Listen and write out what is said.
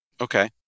Okay